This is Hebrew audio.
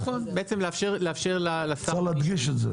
צריך להדגיש את זה.